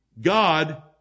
God